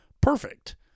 Perfect